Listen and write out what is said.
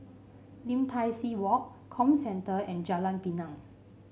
Lim Tai See Walk Comcentre and Jalan Pinang